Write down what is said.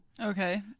Okay